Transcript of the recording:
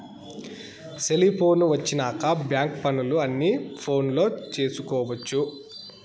cellphone వచ్చినాక bank పనులు అన్ని ఫోనులో చేసుకొవచ్చు